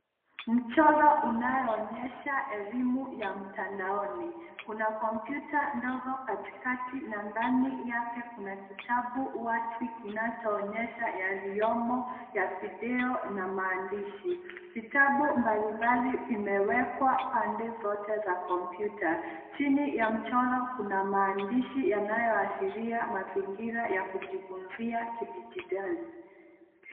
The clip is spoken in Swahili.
Mchoro unayoonyesha elimu ya mtandaoni, kuna kompyuta ndogo katikati na ndani yake kuna kitabu wazi kinachoonyesha yaliyomo ya video na maandishi. Vitabu mbalimbali vimewekwa pande zote za kompyuta. Chini ya mchoro kuna maandishi yanayoashiria mazingira ya kujifunzia kidijitali.